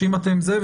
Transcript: שאם אתם זה.